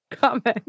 comment